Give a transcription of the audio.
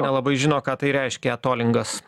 nelabai žino ką tai reiškia tolingas